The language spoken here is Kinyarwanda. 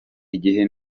igihe